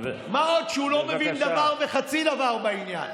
מה עוד שהוא לא מבין דבר וחצי דבר בעניין.